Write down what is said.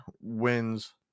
wins